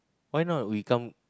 why not we come